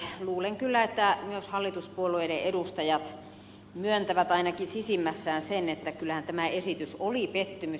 luulen kyllä että myös hallituspuolueiden edustajat myöntävät ainakin sisimmässään sen että kyllähän tämä esitys oli pettymys